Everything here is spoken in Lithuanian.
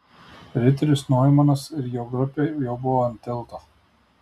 riteris noimanas ir jo grupė jau buvo ant tilto